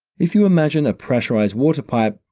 if you imagine a pressurized water pipe,